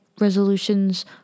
resolutions